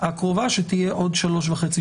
הקרובה שתהיה בעוד שלוש שנים וחצי.